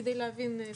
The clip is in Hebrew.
כדי להבין.